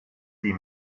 die